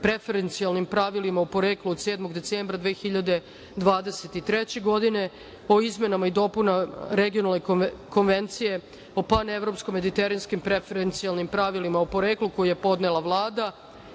preferencijalnim pravilima o poreklu, od 7. decembra 2023. godine, o izmenama i dopunama Regionalne konvencije o pan-evro-mediteranskim preferencijalnim pravilima o poreklu, koji je podnela Vlada;7.